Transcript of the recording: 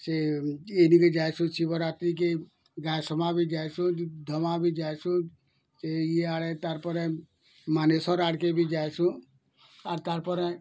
ସେ ଯାଇସୁ ଶିବରାତ୍ରି କେ ଗାଇ ସଭାକୁ ଯାଇସୁ ଧମା ଭି ଯାଇସୁ ସେ ଇଆଡ଼େ ତାର୍ପରେ ମାନେସର ଆଡ଼୍କେ ଭି ଯାଇସୁ ଆଉ ତାର୍ପରେ